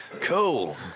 Cool